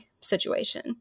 situation